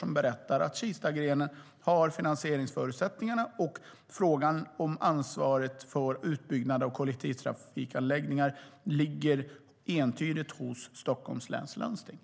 De berättar att Kistagrenen har finansieringsförutsättningarna och att frågan om ansvaret för utbyggnad av kollektivtrafikanläggningar entydigt ligger hos Stockholms läns landsting.